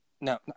No